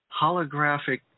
holographic